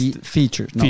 features